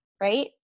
right